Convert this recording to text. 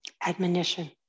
admonition